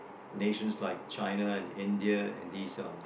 nations like China and India and these um